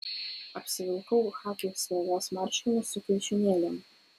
apsivilkau chaki spalvos marškinius su kišenėlėm